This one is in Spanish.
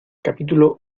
capítulo